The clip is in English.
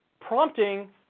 Prompting